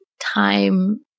Time